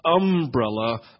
umbrella